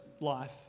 life